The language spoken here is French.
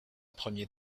premier